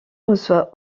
reçoit